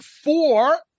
four